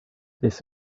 this